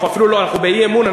אנחנו באי-אמון,